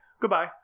goodbye